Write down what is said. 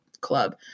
club